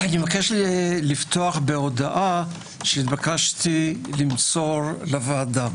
אני מבקש לפתוח בהודעה שהתבקשתי למסור לוועדה.